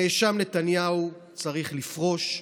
הנאשם נתניהו צריך לפרוש,